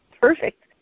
perfect